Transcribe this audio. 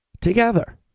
together